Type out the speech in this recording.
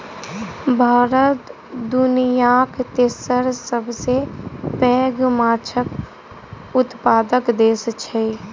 भारत दुनियाक तेसर सबसे पैघ माछक उत्पादक देस छै